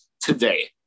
today